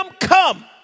come